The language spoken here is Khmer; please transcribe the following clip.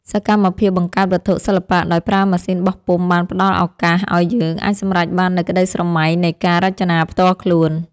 សកម្មភាពបង្កើតវត្ថុសិល្បៈដោយប្រើម៉ាស៊ីនបោះពុម្ពបានផ្ដល់ឱកាសឱ្យយើងអាចសម្រេចបាននូវក្តីស្រមៃនៃការរចនាផ្ទាល់ខ្លួន។